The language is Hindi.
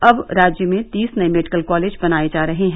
अब राज्य में तीस नए मेडिकल कॉलेज बनाए जा रहे हैं